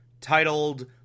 titled